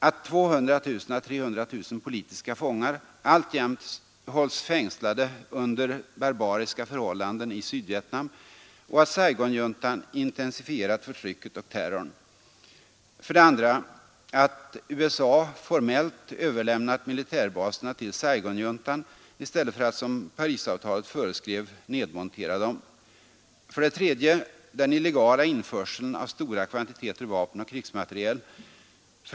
Att 200 000 å 300 000 politiska fångar alltjämt hålls fängslade under barbariska förhållanden i Sydvietnam och att Saigonjuntan intensifierat förtrycket och terrorn. 2. Att USA formellt överlämnat militärbaserna till Saigonjuntan i stället för att, som Parisavtalet föreskrev, nedmontera dem. 4.